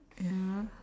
ya